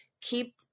keep